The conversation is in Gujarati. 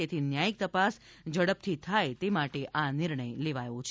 તેથી ન્યાયીક તપાસ ઝડપથી થાય તે માટે આ નિર્ણય લેવાયો છે